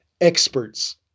experts